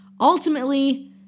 Ultimately